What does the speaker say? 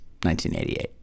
1988